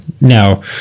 Now